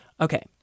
Okay